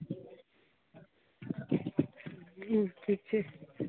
की ठीक छी